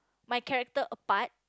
my character apart